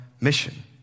mission